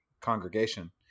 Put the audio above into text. congregation